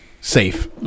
safe